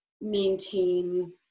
maintain